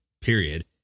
period